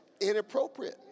inappropriate